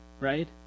right